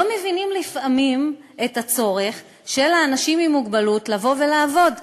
לא מבינים לפעמים את הצורך של אנשים עם מוגבלות לבוא לעבוד.